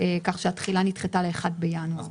כך שהתחילה נדחתה ל-1 בינואר.